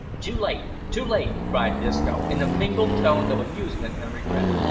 too late! too late! cried disco, in a mingled tone of amusement and regret.